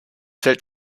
fällt